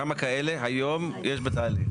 כמה כאלה היום יש בתהליך?